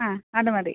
ആ അത് മതി